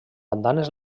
andanes